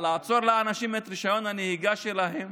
לעצור לאנשים את רישיון הנהיגה שלהם